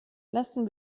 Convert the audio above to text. lassen